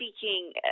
seeking